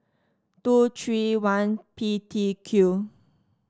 two three one P T Q